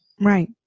right